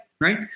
right